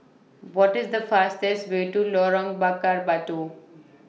What IS The fastest Way to Lorong Bakar Batu